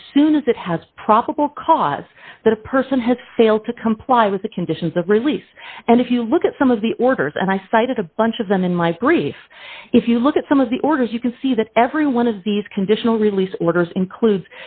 as soon as it has probable cause that a person has failed to comply with the conditions of release and if you look at some of the orders and i cited a bunch of them in my brief if you look at some of the orders you can see that every one of these conditional release orders includes